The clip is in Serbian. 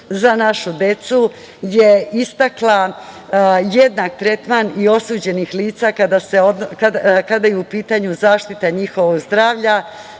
za našu decu“ je istakla jednak tretman i osuđenih lica kada je u pitanju zaštita njihovog zdravlja.